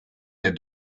der